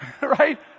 right